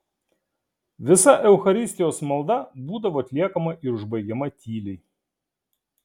visa eucharistijos malda būdavo atliekama ir užbaigiama tyliai